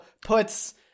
puts